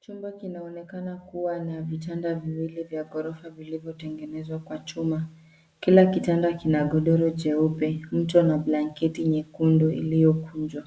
Chumba kinaonekana kuwa na vitanda viwili vya ghorofa vilivyotengenezwa kwa chuma. Kila kitanda kina godoro jeupe, mto na blanketi nyekundu iliyokunjwa.